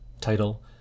title